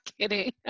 kidding